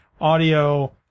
audio